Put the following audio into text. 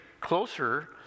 closer